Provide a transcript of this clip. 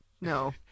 no